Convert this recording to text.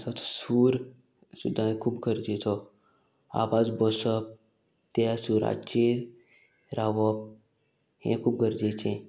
तसो सूर सुद्दां हे खूब गरजेचो आवाज बसप त्या सुराचेर रावप हे खूब गरजेचे